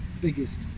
biggest